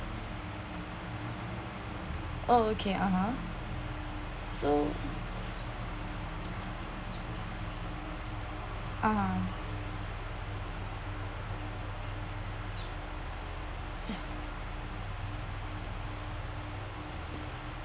oh okay (uh huh) so (uh huh)